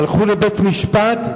הלכו לבית-משפט,